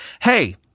hey